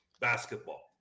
basketball